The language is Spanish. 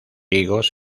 higos